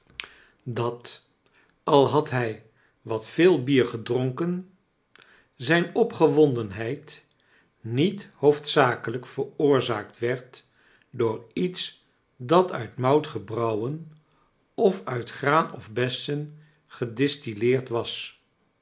dat al had hij wat veel bier gedronken zijn opgewondenheid niet hoofdzakelijk veroorzaakt werd door iets dat uit mout gebrouwen of uit graan of bessen gedistilleerd was